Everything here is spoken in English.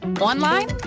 online